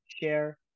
share